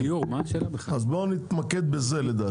אז בואו נתמקד בזה לדעתי.